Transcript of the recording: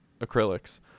acrylics